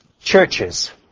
Churches